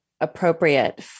appropriate